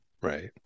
Right